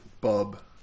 Bub